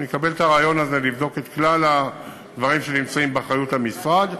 ואני מקבל את הרעיון הזה לבדוק את כלל הדברים שנמצאים באחריות המשרד.